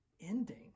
ending